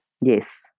Yes